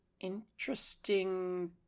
Interesting